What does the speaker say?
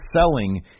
selling